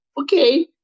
okay